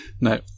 No